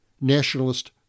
Nationalist